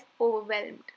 overwhelmed